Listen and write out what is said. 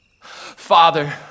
Father